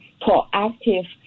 proactive